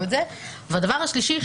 דבר שלישי.